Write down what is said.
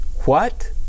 What